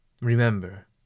Remember